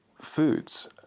foods